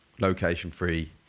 location-free